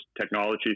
Technology